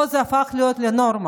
פה זה הפך לנורמה.